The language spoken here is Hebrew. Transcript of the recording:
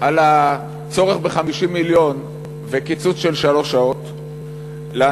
הקרן על הצורך ב-50 מיליון ועל קיצוץ של שלוש שעות לניצולים,